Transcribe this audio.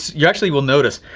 you actually will notice.